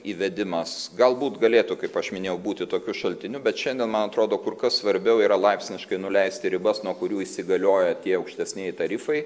įvedimas galbūt galėtų kaip aš minėjau būti tokiu šaltiniu bet šiandien man atrodo kur kas svarbiau yra laipsniškai nuleisti ribas nuo kurių įsigaliojo tie aukštesnieji tarifai